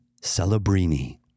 Celebrini